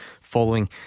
following